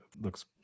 Looks